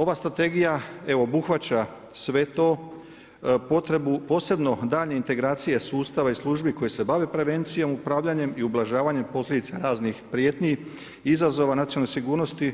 Ova strategija obuhvaća sve to, posebno daljnje integracije sustava i službi koje se bave prevencijom, upravljanjem i ublažavanjem posljedica raznih prijetnji, izazova nacionalne sigurnosti